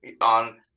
on